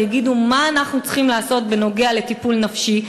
יגידו: מה אנחנו צריכים לעשות בנוגע לטיפול נפשי,